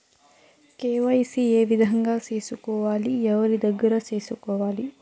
KYC ఏ విధంగా సేసుకోవాలి? ఎవరి దగ్గర సేసుకోవాలి?